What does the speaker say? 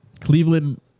Cleveland